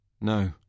No